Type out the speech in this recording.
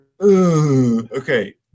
Okay